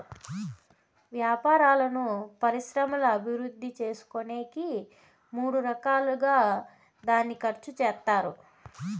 వ్యాపారాలను పరిశ్రమల అభివృద్ధి చేసుకునేకి మూడు రకాలుగా దాన్ని ఖర్చు చేత్తారు